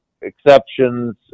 exceptions